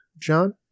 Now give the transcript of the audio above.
John